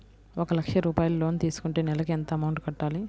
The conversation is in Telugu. ఒక లక్ష రూపాయిలు లోన్ తీసుకుంటే నెలకి ఎంత అమౌంట్ కట్టాలి?